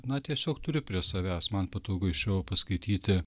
na tiesiog turiu prie savęs man patogu iš jo paskaityti